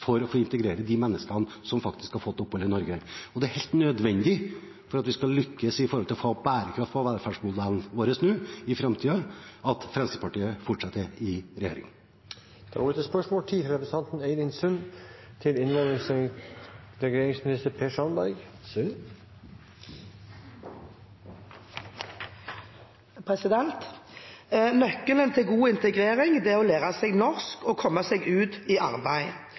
for å få integrert de menneskene som faktisk har fått opphold i Norge. Det er helt nødvendig for at vi skal lykkes med å få bærekraft i velferdsmodellen vår, nå og i framtiden, at Fremskrittspartiet fortsetter i regjering. «Nøkkelen til god integrering er å lære seg norsk og komme ut i arbeid. Som Brochmann II-utvalget pekte på tidligere i år, har det stor betydning for fellesskapet at innvandrere blir integrert i